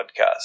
podcast